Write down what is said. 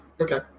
Okay